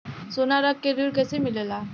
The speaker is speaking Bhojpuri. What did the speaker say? सोना रख के ऋण कैसे मिलेला?